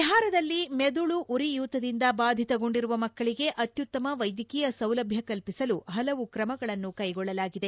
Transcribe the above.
ಬಿಹಾರದಲ್ಲಿ ಮೆದುಳು ಉರಿಯೂತದಿಂದ ಬಾಧಿತಗೊಂಡಿರುವ ಮಕ್ಕಳಿಗೆ ಅತ್ಯತ್ತುಮ ವೈದ್ಯಕೀಯ ಸೌಲಭ್ಯ ಕಲ್ಪಿಸಲು ಹಲವು ಕ್ರಮಗಳನ್ನು ಕೈಗೊಳ್ಳಲಾಗಿದೆ